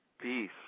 Peace